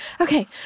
okay